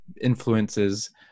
influences